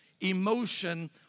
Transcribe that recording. emotion